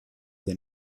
the